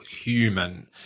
human